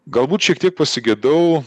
galbūt šiek tiek pasigedau